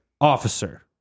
officer